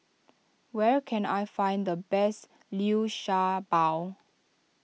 where can I find the best Liu Sha Bao